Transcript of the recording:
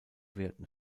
werten